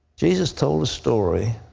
jesus told the story